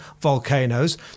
volcanoes